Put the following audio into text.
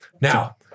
Now